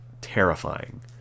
terrifying